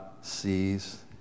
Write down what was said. sees